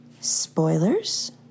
Spoilers